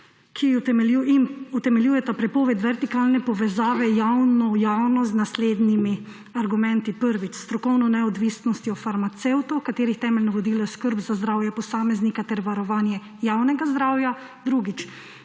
in utemeljujeta prepoved vertikalne povezave javno–javno z naslednjimi argumenti. Prvič, s strokovno neodvisnostjo farmacevtov, katerih temeljno vodilo je skrb za zdravje posameznika ter varovanje javnega zdravja. Drugič,